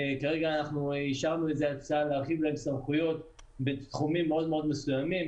כרגע אישרנו הצעה להרחיב להם סמכויות בתחומים מאוד-מאוד מסוימים,